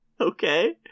Okay